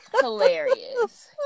hilarious